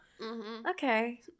Okay